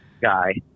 Guy